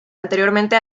anteriormente